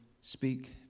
speak